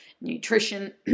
nutrition